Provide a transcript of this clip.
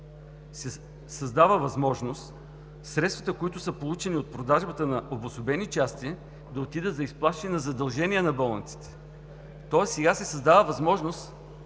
се създава възможност средствата, които са получени от продажбата на обособени части, да отидат за изплащане на задължения на болниците. Тоест сега се създава възможност